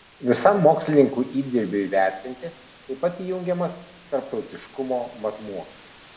visam mokslininkų įdirbiui vertinti taip pat įjungiamas tarptautiškumo matmuo